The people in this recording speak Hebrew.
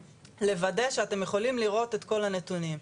לוודא שאתם יכולים לראות את כל הנתונים.